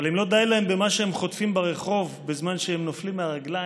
אבל אם לא די להם במה שהם חוטפים ברחוב בזמן שהם נופלים מהרגליים